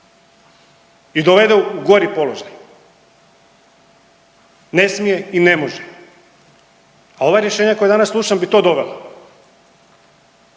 i dovede u gori položaj. Ne smije i ne može, a ova rješenja koja danas slušam bi to dovela,